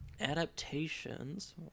adaptations